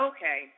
Okay